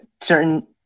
certain